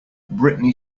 britney